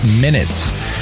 minutes